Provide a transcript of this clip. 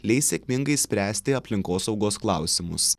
leis sėkmingai spręsti aplinkosaugos klausimus